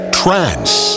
trance